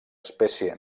espècie